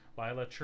Lila